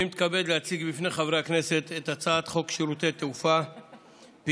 אני מתכבד להציג בפניכם את הצעת חוק שירותי תעופה (פיצוי